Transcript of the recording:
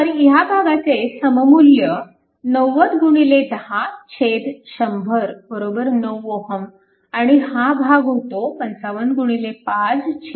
तर ह्या भागाचे सममुल्य 9010100 9 Ω आणि हा भाग होतो 555555